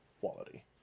quality